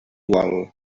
vol